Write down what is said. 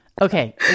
Okay